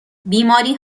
بیماری